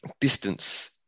distance